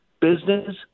business